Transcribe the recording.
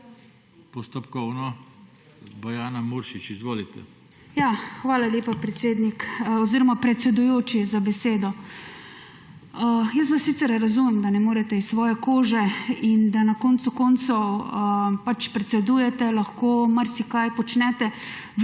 MAG. BOJANA MURŠIČ (PS SD): Ja, hvala lepa predsednik oziroma predsedujoči, za besedo. Jaz vas sicer razumem, da ne morete iz svoje kože in da na koncu koncev pač predsedujete, lahko marsikaj počnete,